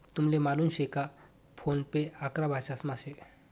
तुमले मालूम शे का फोन पे अकरा भाषांसमा शे